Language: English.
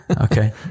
Okay